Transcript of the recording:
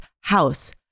house